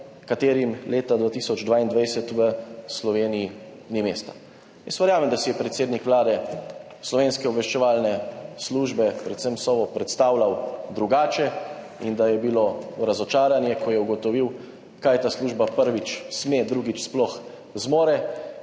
ki jim leta 2022 v Sloveniji ni mesta. Jaz verjamem, da si je predsednik Vlade slovenske obveščevalne službe, predvsem Sovo, predstavljal drugače in da je bilo razočaranje, ko je ugotovil, kaj ta služba, prvič, sme, drugič, sploh zmore,